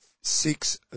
Six